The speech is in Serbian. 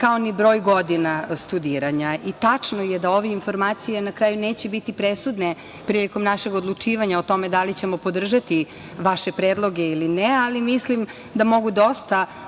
kao ni broj godina studiranja. Tačno je da ove informacije na kraju neće biti presudne prilikom našeg odlučivanja o tome da li ćemo podržati vaše predloge ili ne, ali mislim da mogu dosta